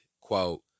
quote